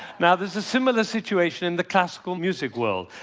now, there's a similar situation in the classical music world,